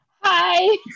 Hi